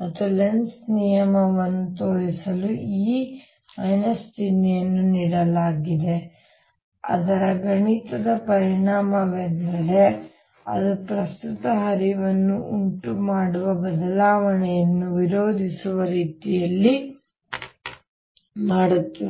ಮತ್ತು ಲೆನ್ಜ್ ನಿಯಮವನ್ನು ತೋರಿಸಲು ಈ ಚಿಹ್ನೆಯನ್ನು ನೀಡಲಾಗಿದೆ ಅದರ ಗಣಿತದ ಪರಿಣಾಮವೆಂದರೆ ಅದು ಪ್ರಸ್ತುತ ಹರಿವನ್ನು ಉಂಟುಮಾಡುವ ಬದಲಾವಣೆಯನ್ನು ವಿರೋಧಿಸುವ ರೀತಿಯಲ್ಲಿ ಮಾಡುತ್ತದೆ